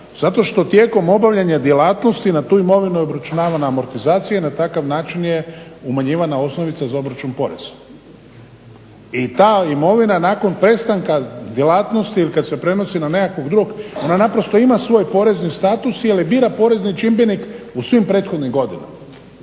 Zato što tijekom obavljanja djelatnosti na tu imovinu je obračunana amortizacija i na takav način je umanjivana osnovica za obračun poreza. I ta imovina nakon prestanka djelatnosti jel kada se prenosi na nekog drugog ona ima svoj porezni status … bira porezni čimbenik u svim prethodnim godinama.